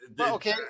Okay